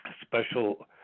special